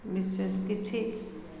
ବିଶେଷ କିଛି